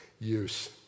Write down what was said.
use